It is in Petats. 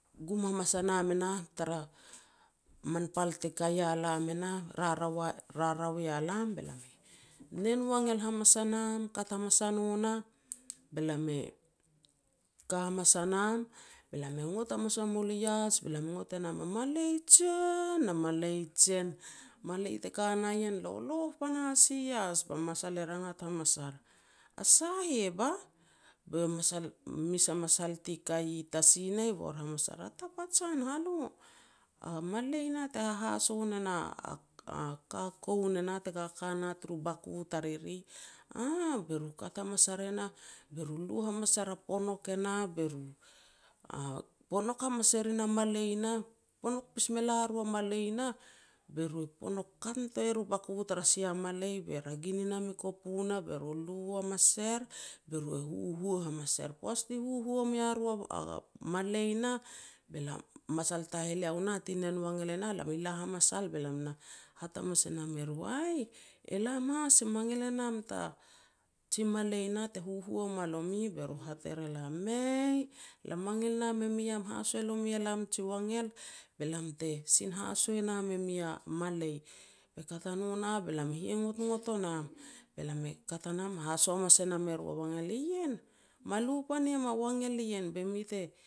gum hamas a nam e nah, tara man pal ti ka ia lam e nah, rarau rarau ia lam, be lam e nen wangel hamas a nam. Kat hamas a no nah be lam e ka hamas a nam, be lam e ngot hamas a mul ias, be lam e ngot e nam a malei jen, a malei jen. Malei te ka na ien e loloh panahas ias ba masal e rangat hamas ar, "A sa heh bah?" Be eiau masal me a masal ti ka i tsi nah bor hamas ar. "A tapajan halo, a malei nah te hahaso ne na a-a ka koun e nah te kaka na taru baku tariri." "Aah." Be ru kat hamas ar e nah, be ru e lu er a ponok e nah be e ponok hamas e rin a malei nah. Ponok pis mela ru a malei nah, be ru ponok kat nitoi er baku tara sia malei be ragin ni nam i kopu nah, be ru e lu hamas er, be ru e huhua hamas er. Poaj ti huhua mea ru a malei nah, be lam a masal taheleo nah ti nen wangel e nah, lam i la hamas al, be lam na hat hamas e nam e ru, "Aih, elam has mangil e nam ta ji malei nah te huhua moa lomi", be ru hat er e lam, "Mei, lam mangil nam e mi iam haso mue elam ji wangel, be lam te sin haso nam e mi a malei.?" Be kat a no nah be lam e hia ngotngot o nam, be lam kat a nam be lam haso hamas e nam e ru a wangel, "ien me lu pan iam a wagel ien be mi te